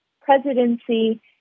presidency